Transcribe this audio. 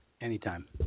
Anytime